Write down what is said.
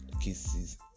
kisses